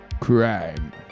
Crime